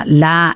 la